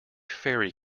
fairy